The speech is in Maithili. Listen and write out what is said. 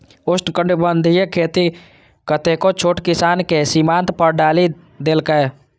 उष्णकटिबंधीय खेती कतेको छोट किसान कें सीमांत पर डालि देलकै